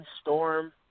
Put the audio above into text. Storm